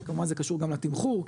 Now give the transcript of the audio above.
וכמובן זה קשור גם לתמחור,